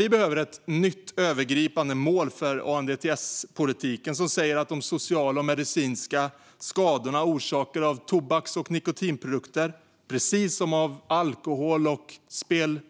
Vi behöver ett nytt övergripande mål för ANDTS-politiken som säger att de sociala och medicinska skadorna orsakade av tobaks och nikotinprodukter, precis som av alkohol och spel